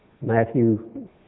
Matthew